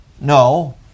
No